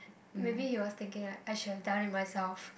maybe he was thinking like I should have done it myself